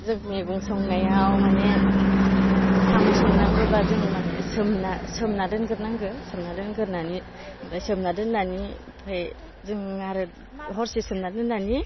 जों मेगं संनायाव माने साम' संनांगौबा जों माने सोमना दोनगोरनांगो सोमना दोनगोरनानै सोमना दोन्नानै ओमफाय जों आरो हरसे सोमना दोन्नानि